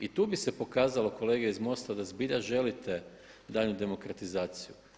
I tu bi se pokazalo kolege iz MOST-a da zbilja želite daljnju demokratizaciju.